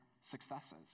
successes